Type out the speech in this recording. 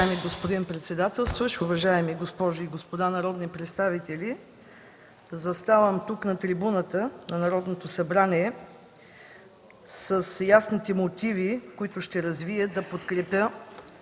Уважаеми господин председателстващ, уважаеми госпожи и господа народни представители! Заставам тук – на трибуната на Народното събрание, с ясните мотиви, които ще развия, да подкрепя,